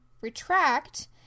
retract